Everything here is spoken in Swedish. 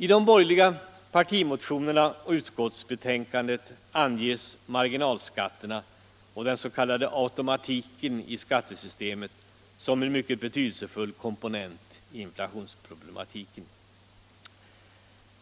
I de borgerliga partimotionerna och i utskottsbetänkandet anges marginalskatterna och den s.k. automatiken i skattesystemet som en mycket betydelsefull komponent i inflationsproblematiken.